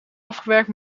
afgewerkt